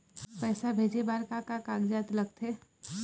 पैसा भेजे बार का का कागजात लगथे?